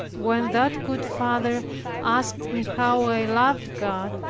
when that good father asked me how i loved god,